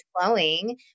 flowing